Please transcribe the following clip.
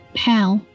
pal 、